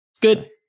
good